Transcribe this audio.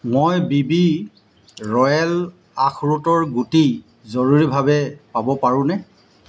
মই B B Royal আখৰোটৰ গুটি জৰুৰীভাৱে পাব পাৰোঁনে